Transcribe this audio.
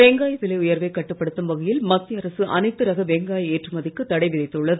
வெங்காய விலை உயர்வை கட்டுப்படுத்தும் வகையில் மத்தியஅரசு அனைத்து ரக வெங்காய ஏற்றுமதிக்கு தடைவிதித்து உள்ளது